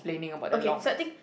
okay so I think